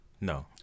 no